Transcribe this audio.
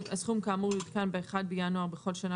הסכום כאמור יעודכן ב-1 בינואר בכל שנה